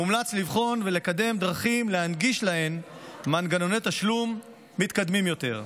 מומלץ לבחון ולקדם דרכים להנגיש להן מנגנוני תשלום מתקדמים יותר.